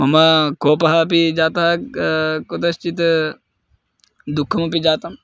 मम कोपः अपि जातः कुतश्चित् दुःखमपि जातं